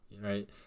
right